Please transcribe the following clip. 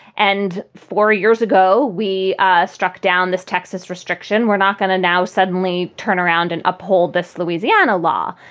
and four years ago, we struck down this texas restriction. we're not going to now suddenly turn around and uphold this louisiana law.